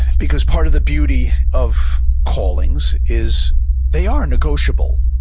because part of the beauty of callings is they are negotiable.